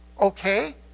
Okay